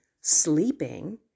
sleeping